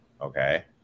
Okay